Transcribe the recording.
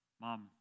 mom